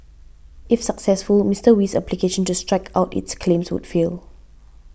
if successful Mister Wee's application to strike out its claims would fail